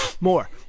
more